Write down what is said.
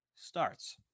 starts